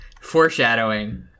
foreshadowing